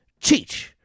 Cheech